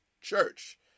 church